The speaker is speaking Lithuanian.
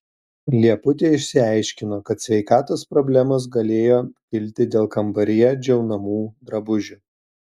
lieputė išsiaiškino kad sveikatos problemos galėjo kilti dėl kambaryje džiaunamų drabužių